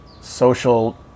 social